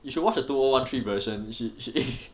you should watch the two O one three version is she she